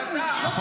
אתה לומד תורה?